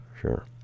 sure